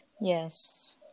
Yes